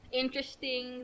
interesting